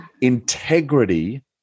Integrity